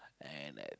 and at